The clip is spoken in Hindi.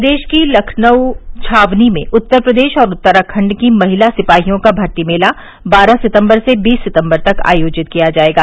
प्रदेश की लखनऊ छावनी में उत्तर प्रदेश और उत्तराखण्ड की महिला सिपाहियों का भर्ती मेला बारह सितम्बर से बीस सितम्बर तक आयोजित किया जायेगा